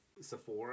Sephora